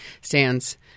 stands